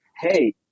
hey